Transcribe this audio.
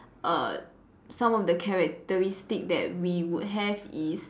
err some of the characteristic that we would have is